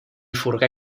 furga